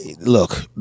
look